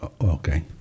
Okay